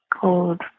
cold